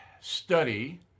study